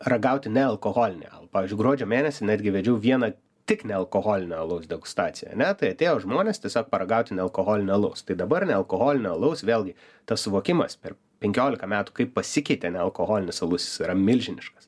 ragauti nealkoholinio pavyzdžiui gruodžio mėnesį netgi vedžiau vieną tik nealkoholinio alaus degustaciją ane tai atėjo žmonės tiesiog paragauti nealkoholinio alaus tai dabar nealkoholinio alaus vėlgi tas suvokimas per penkioliką metų kaip pasikeitė nealkoholinis alus jis yra milžiniškas